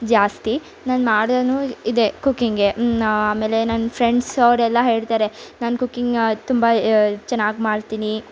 ಜಾಸ್ತಿ ನಾನು ಮಾಡೇನು ಇದೇ ಕುಕ್ಕಿಂಗೆ ಆಮೇಲೆ ನನ್ನ ಫ್ರೆಂಡ್ಸ್ ಅವರೆಲ್ಲ ಹೇಳ್ತಾರೆ ನನ್ನ ಕುಕ್ಕಿಂಗ್ ತುಂಬ ಚೆನ್ನಾಗಿ ಮಾಡ್ತೀನಿ